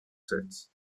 sets